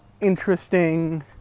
interesting